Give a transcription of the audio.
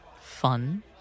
fun